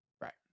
Right